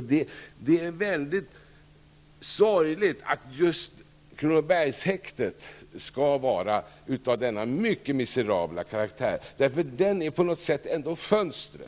Det är sorgligt att just Kronobergshäktet skall vara av denna miserabla karaktär, för det är på något sätt ett fönster.